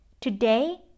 Today